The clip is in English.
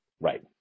Right